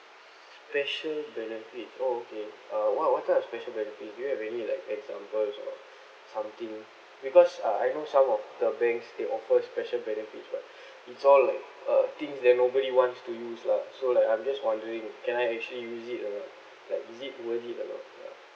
special benefit oh okay uh what what type of special benefit do you have any like examples or something because uh I know some of the banks they offer special benefits but it's all like uh things that nobody wants to use lah so like I'm just wondering can I actually use it or not like is it worth it or not ya